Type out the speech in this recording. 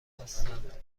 هستند